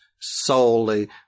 solely